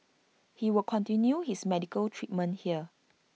he will continue his medical treatment here